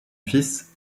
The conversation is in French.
fils